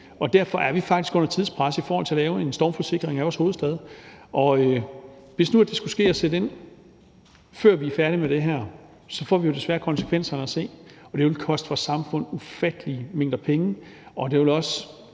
og derfor er vi faktisk under tidspres i forhold til at lave en stormflodssikring af vores hovedstad. Hvis nu det skulle ske og sætte ind, før vi er færdige med det her, så får vi jo desværre konsekvenserne at se, og det vil koste vores samfund ufattelige mængder af penge, og det vil også